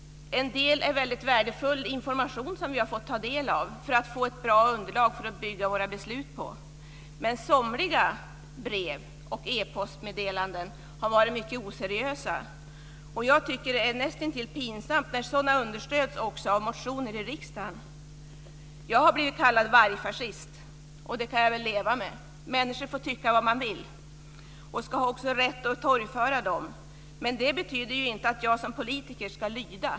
En del innehåller värdefull information som har utgjort ett bra underlag att bygga våra beslut på. Men somliga brev och e-postmeddelanden har varit mycket oseriösa. Jag tycker att det är näst intill pinsamt när sådana understöds av motioner till riksdagen. Jag har blivit kallad vargfascist, och det kan jag leva med. Människor får tycka vad de vill och ska också ha rätt att torgföra sina åsikter. Men det betyder ju inte att jag som politiker ska lyda.